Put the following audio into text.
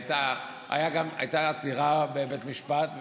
הייתה עתירה לבית משפט,